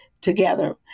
together